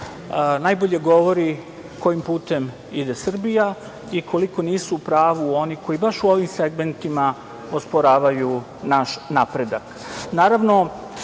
najbolje govori kojim putem ide Srbija i koliko nisu u pravu oni koji baš u ovim segmentima osporavaju naš napredak.